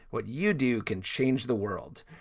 what you do can change the world.